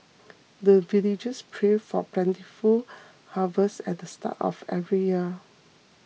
the villagers pray for plentiful harvest at the start of every year